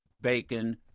Bacon